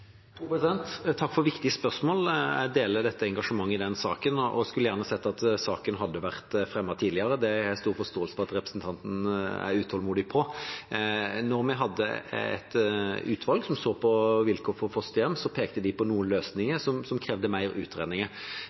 Takk for viktige spørsmål. Jeg deler engasjementet i denne saken og skulle gjerne sett at saken hadde vært fremmet tidligere. Jeg har stor forståelse for at representanten Hjemdal er utålmodig. Da vi hadde et utvalg som så på vilkår for fosterhjem, pekte de på noen løsninger som krevde mer